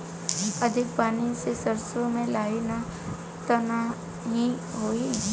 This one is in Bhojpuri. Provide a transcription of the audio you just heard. अधिक पानी से सरसो मे लाही त नाही होई?